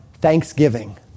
thanksgiving